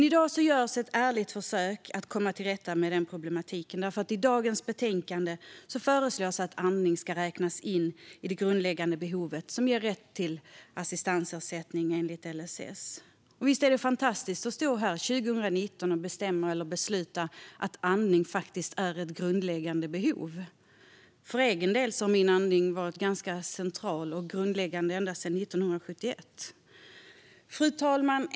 I dag görs ett ärligt försök att komma till rätta med den problematiken, för i betänkandet föreslås att andning ska räknas som ett grundläggande behov som ger rätt till assistansersättning enligt LSS. Visst är det fantastiskt att stå här 2019 och bestämma eller besluta att andning faktiskt är ett grundläggande behov! För egen del har min andning varit ganska central och grundläggande ända sedan 1971. Fru talman!